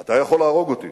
אתה יכול להרוג אותי,